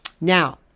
Now